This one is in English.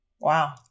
Wow